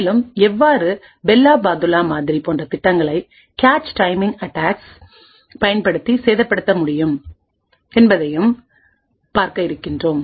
மேலும் எவ்வாறு Bell La Padula மாதிரி போன்ற திட்டங்களை கேச் டைமிங் அட்டாக்ஸ் பயன்படுத்தி சேதப்படுத்த முடியும் என்பதையும் பார்க்க இருக்கின்றோம்